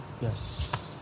Yes